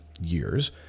years